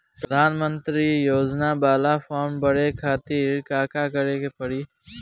प्रधानमंत्री योजना बाला फर्म बड़े खाति का का करे के पड़ी?